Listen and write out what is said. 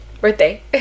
birthday